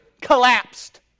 collapsed